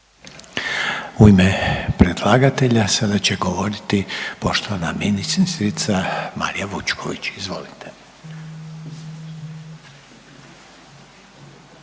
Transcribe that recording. U ime predlagatelja sada će govoriti poštovana ministrica Marija Vučković. Izvolite.